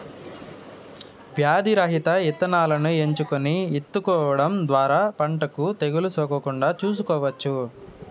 వ్యాధి రహిత ఇత్తనాలను ఎంచుకొని ఇత్తుకోవడం ద్వారా పంటకు తెగులు సోకకుండా చూసుకోవచ్చు